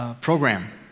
program